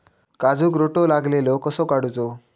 काजूक रोटो लागलेलो कसो काडूचो?